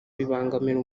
bibangamira